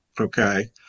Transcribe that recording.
okay